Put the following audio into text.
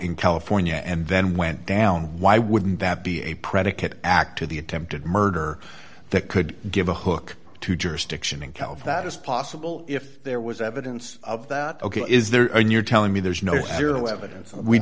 in california and then went down why wouldn't that be a predicate act to the attempted murder that could give a hook to jurisdiction in calif that is possible if there was evidence of that ok is there and you're telling me there's no